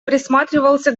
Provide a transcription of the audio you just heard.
присматривался